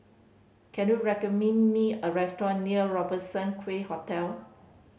can you recommend me a restaurant near Robertson Quay Hotel